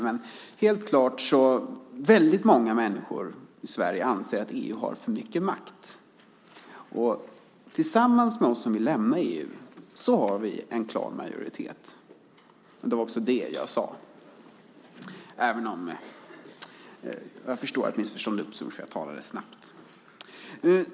Men helt klart anser väldigt många människor i Sverige att EU har för mycket makt, och tillsammans med oss som vill lämna EU har vi en klar majoritet. Det var också det jag sade, även om jag förstår att missförstånd uppstod, för jag talade snabbt.